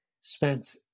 spent